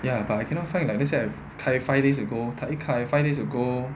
ya but I cannot find like let's say I 开 five days ago 它一开 five days ago